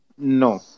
No